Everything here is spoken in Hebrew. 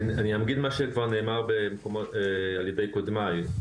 אני אומר מה שכבר נאמר על ידי קודמיי.